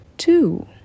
Two